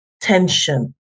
tension